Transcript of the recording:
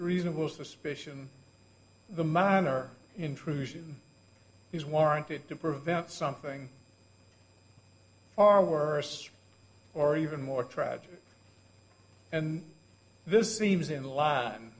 reasonable suspicion the minor intrusion is warranted to prevent something far worse or even more tragic and this seems in line